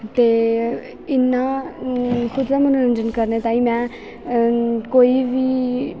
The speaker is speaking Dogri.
ते इ'यां खुद दा मनोरंजन करने ताईं में कोई बी